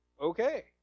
Okay